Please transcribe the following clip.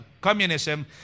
communism